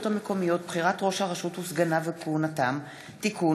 המקומיות (בחירת ראש הרשות וסגניו וכהונתם) (תיקון,